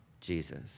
Jesus